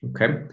Okay